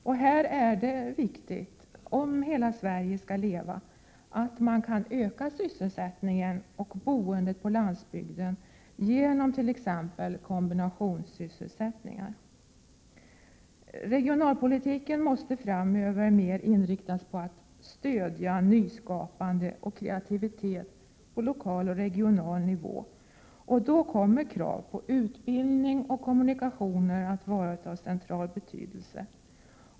Och här är det viktigt, om ”Hela Sverige skall leva”, att man kan öka sysselsättningen och boendet på landsbygden genom t.ex. kombinationssysselsättningar. Regionalpolitiken måste framöver mer inriktas på att stödja nyskapande och kreativitet på lokal och regional nivå. Och då kommer krav på utbildning och kommunikationer att vara av central betydelse.